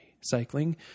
cycling